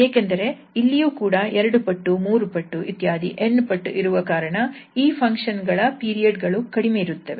ಏಕೆಂದರೆ ಇಲ್ಲಿಯೂ ಕೂಡ ಎರಡು ಪಟ್ಟು 3 ಪಟ್ಟು 𝑛 ಪಟ್ಟು ಇರುವ ಕಾರಣ ಈ ಫಂಕ್ಷನ್ ಗಳ ಪೀರಿಯಡ್ ಗಳು ಕಡಿಮೆ ಇರುತ್ತವೆ